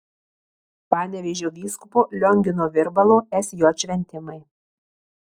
panevėžio vyskupo liongino virbalo sj šventimai